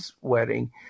wedding